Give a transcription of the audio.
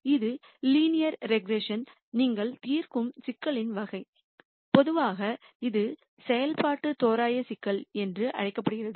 இது linear regression நீங்கள் தீர்க்கும் சிக்கலின் வகை பொதுவாக இது செயல்பாட்டு தோராய சிக்கல் என்றும் அழைக்கப்படுகிறது